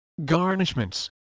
garnishments